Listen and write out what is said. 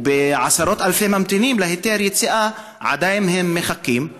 ובעשרות אלפי ממתינים להיתר יציאה, שעדיין מחכים.